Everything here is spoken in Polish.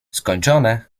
skończone